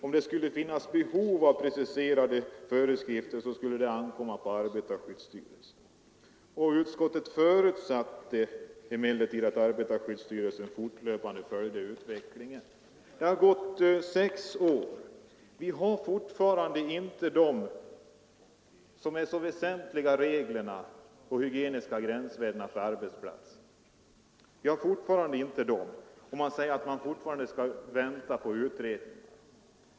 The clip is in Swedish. Om det fanns behov av preciserade föreskrifter så skulle den uppgiften ankomma på arbetarskyddsstyrelsen. Utskottet förutsatte emellertid att arbetarskyddsstyrelsen fortlöpande följde utvecklingen. Det har nu gått sex år. Vi har fortfarande inte fått dessa väsentliga regler för hygieniska gränsvärden på arbetsplatserna. Och det talas fortfarande om att vänta på utredningar.